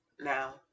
now